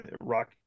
rock